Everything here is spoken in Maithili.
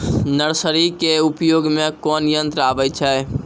नर्सरी के उपयोग मे कोन यंत्र आबै छै?